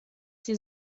sie